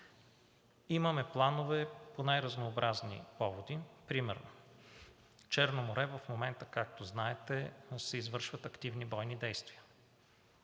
Имаме планове по най-разнообразни поводи. Примерно в Черно море в момента, както знаете, се извършват активни бойни действия.